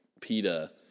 PETA